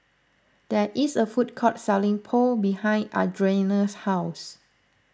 there is a food court selling Pho behind Audriana's house